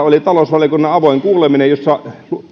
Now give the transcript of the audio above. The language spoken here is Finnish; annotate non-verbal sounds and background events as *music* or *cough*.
*unintelligible* oli talousvaliokunnan avoin kuuleminen jossa